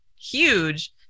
huge